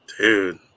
dude